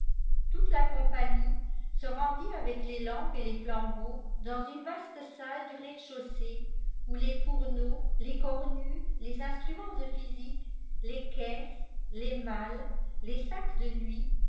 toute la compagnie se rendit avec les lampes et les flambeaux dans une vaste salle du rez-dechaussée où les fourneaux les cornues les instruments de physique les caisses les malles les sacs de nuit